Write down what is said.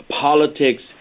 politics